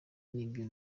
n’ibyo